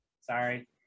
Sorry